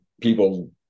people